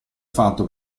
fatto